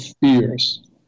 fears